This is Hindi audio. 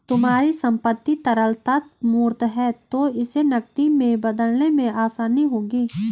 तुम्हारी संपत्ति तरलता मूर्त है तो इसे नकदी में बदलने में आसानी होगी